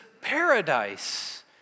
paradise